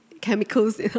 chemicals